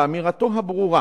באמירתו הברורה